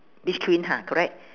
beach queen ha correct